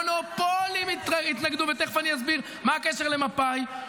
המונופולים התנגדו ותכף אני אסביר מה הקשר למפא"י.